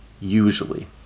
Usually